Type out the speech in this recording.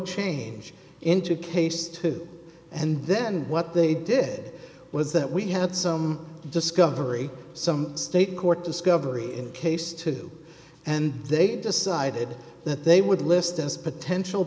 change into case two and then what they did was that we had some discovery some state court discovery in case two and they decided that they would list as potential